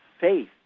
faith